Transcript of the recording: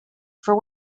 for